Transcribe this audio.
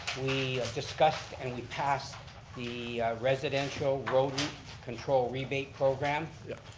we discussed and we passed the residential road and control rebate program. yep